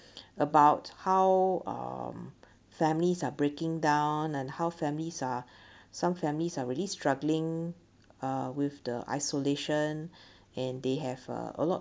about how um families are breaking down and how families are some families are really struggling uh with the isolation and they have a a lot